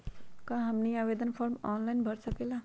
क्या हमनी आवेदन फॉर्म ऑनलाइन भर सकेला?